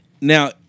Now